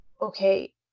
okay